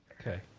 Okay